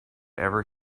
ever